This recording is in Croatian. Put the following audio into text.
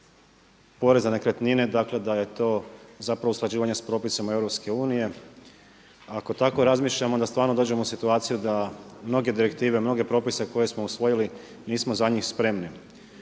poreza na nekretnine, dakle da je to zapravo usklađivanje s propisima Europske unije. Ako tako razmišljam onda stvarno dođem u situaciju da mnoge direktive, mnoge propise koje smo usvojili nismo za njih spremni.